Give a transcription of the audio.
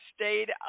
stayed